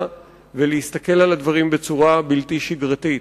ולהסתכל על הדברים בצורה בלתי שגרתית.